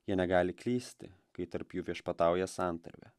jie negali klysti kai tarp jų viešpatauja santarvė